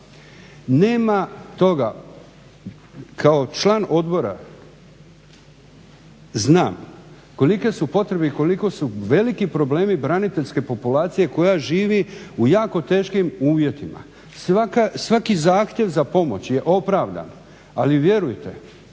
Nema toga, kao član odbora znam kolike su potrebe i koliko su veliki problemi braniteljske populacije koja živi u jako teškim uvjetima. Svaki zahtjev za pomoć je opravdan, ali vjerujte